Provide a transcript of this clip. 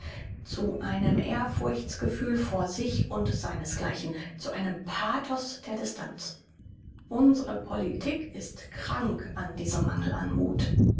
zu einem ehrfurchtsgefühl vor sich und seines gleichen zu einem pathos der distanz unsre politik ist krank an diesem mangel an muth